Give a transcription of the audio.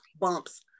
bumps